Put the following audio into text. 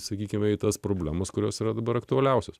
sakykime į tas problemas kurios yra dabar aktualiausios